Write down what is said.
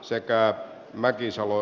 sekään mäkisalo